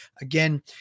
Again